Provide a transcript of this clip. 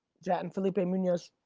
john phillipe ah muenos,